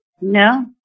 no